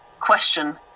Question